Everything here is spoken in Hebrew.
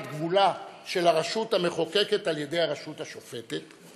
גבולה של הרשות המחוקקת על ידי הרשות השופטת.